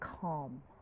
calm